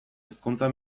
hezkuntza